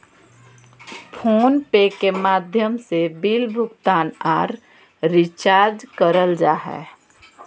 phone पे के माध्यम से बिल भुगतान आर रिचार्ज करल जा हय